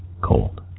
cold